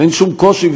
ואין שום קושי,